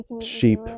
sheep